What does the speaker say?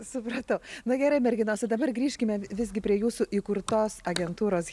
supratau na gerai merginos o dabar grįžkime visgi prie jūsų įkurtos agentūros